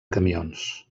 camions